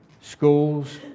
schools